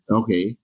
okay